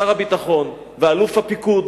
שר הביטחון ואלוף הפיקוד,